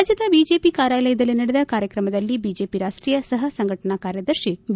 ರಾಜ್ಯ ಬಿಜೆಪಿ ಕಾರ್ಯಾಲಯದಲ್ಲಿ ನಡೆದ ಕಾರ್ಯಕ್ರಮದಲ್ಲಿ ಬಿಜೆಪಿ ರಾಷ್ಟೀಯ ಸಹ ಸಂಘಟನಾ ಕಾರ್ಯದರ್ಶಿ ಬಿ